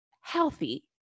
healthy